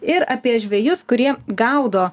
ir apie žvejus kurie gaudo